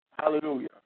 Hallelujah